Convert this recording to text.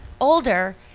older